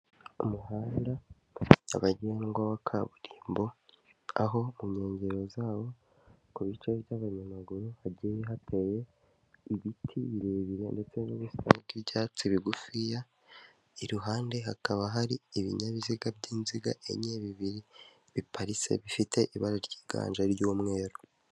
Umuhanda nyabagendwa kaburimbo aho ku nkengero zawo ku bice by'ayamaguru hagiye hateye ibiti birebire ndetse n'ibisa by'ibyatsi bigufiya, iruhande hakaba hari ibinyabiziga by'inziga enye bibiri biparitse bifite ibara ryiganje ry'umweru.